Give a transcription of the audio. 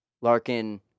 Larkin